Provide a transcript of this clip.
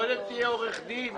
דודי, קודם תהיה עורך דין.